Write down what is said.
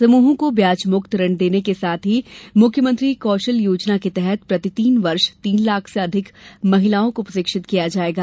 समूहों को ब्याजमुक्त ऋण देने के साथ ही मुख्यमंत्री कौशल योजना के तहत प्रति वर्ष तीन लाख से अधिक महिलाओं को प्रशिक्षित किया जायेगा